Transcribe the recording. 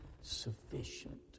sufficient